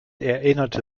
erinnerte